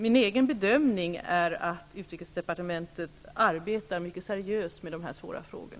Min egen bedömning är att utrikesdepartementet arbetar mycket seriöst med dessa svåra frågor.